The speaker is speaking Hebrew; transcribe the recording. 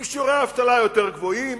עם שיעורי אבטלה יותר גבוהים,